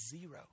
Zero